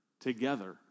together